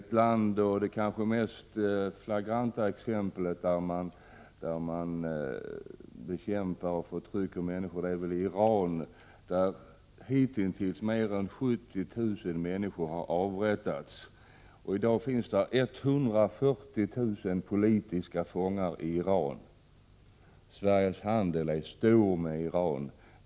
Det kanske mest flagranta exemplet på ett land där man bekämpar och förtrycker människor är Iran, där hitintills mer än 70 000 människor har avrättats. I dag finns där 140 000 politiska fångar. Sveriges handel med Iran är omfattande.